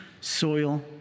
soil